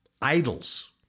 idols